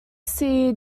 sea